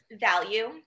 value